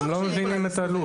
אתם לא מבינים את הלול.